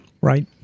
Right